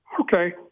Okay